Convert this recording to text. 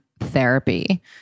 therapy